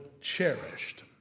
cherished